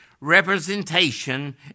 representation